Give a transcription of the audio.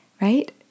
right